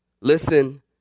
Listen